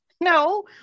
no